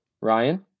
Ryan